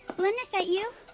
blynn, is that you?